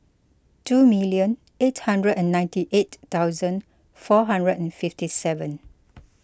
two million eight hundred and ninety eight thousand four hundred and fifty seven